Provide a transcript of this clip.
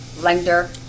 lender